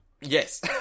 Yes